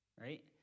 Right